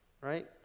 right